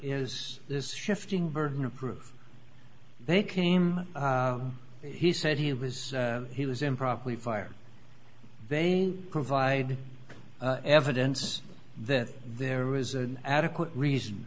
is this shifting burden of proof they came he said he was he was improperly fire they provide evidence that there is an adequate reason